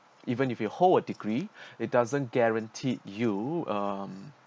even if you hold a degree it doesn't guarantee you uh